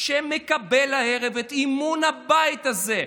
שמקבל הערב את אמון הבית הזה.